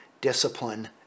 discipline